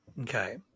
Okay